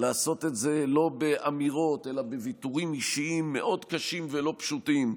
לעשות את זה לא באמירות אלא בוויתורים אישיים מאוד קשים ולא פשוטים.